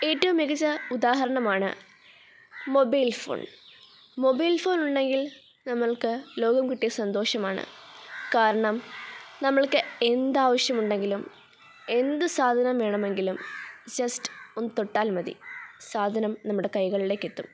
ഏറ്റവും മികച്ച ഉദാഹരണമാണ് മൊബൈൽ ഫോൺ മൊബൈൽ ഫോൺ ഉണ്ടെങ്കിൽ നമ്മൾക്ക് ലോകം കിട്ടിയ സന്തോഷമാണ് കാരണം നമ്മൾക്ക് എന്താവശ്യമുണ്ടെങ്കിലും എന്ത് സാധനം വേണമെങ്കിലും ജസ്റ്റ് ഒന്ന് തൊട്ടാൽ മതി സാധനം നമ്മുടെ കൈകളിലേക്കെത്തും